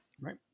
Right